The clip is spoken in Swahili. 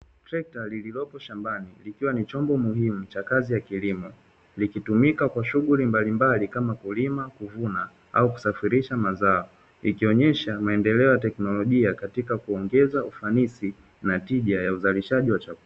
Trekta lililopo shambani likiwa ni chombo muhimu cha kazi ya kilimo likitumika kwa shughuli mbalimbali kama kilimo, kuvuna au kusafirisha mazao likionyesha maendeleo ya teknolojia katika kuongeza ufanisi na tija ya uzalishaji wa chakula.